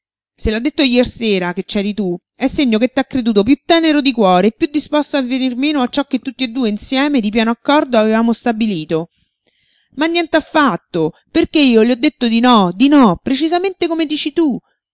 se l'ha detto jersera che c'eri tu è segno che t'ha creduto piú tenero di cuore e piú disposto a venir meno a ciò che tutti e due insieme di pieno accordo avevamo stabilito ma nient'affatto perché io le ho detto di no di no precisamente come dici tu